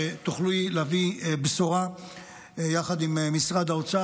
שתוכלי להביא בשורה יחד עם משרד האוצר